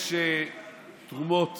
יש תרומות